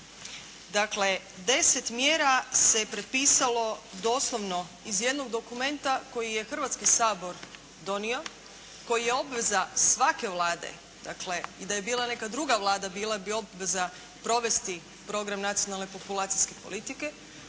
Dakle 10 mjera se je prepisalo doslovno iz jednog dokumenta koji je Hrvatski sabor donio, koji je obveza svake Vlade dakle i da je bila i neka druga Vlada bila bi obveza provesti program Nacionalne populacijske politike.